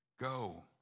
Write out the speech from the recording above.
go